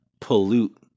pollute